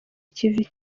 ikivi